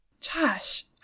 Josh